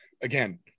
again